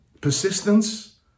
Persistence